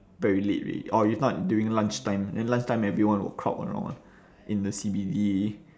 very late alrea~ orh you thought during lunch time then lunch time everyone will crowd around [one] in the C_B_D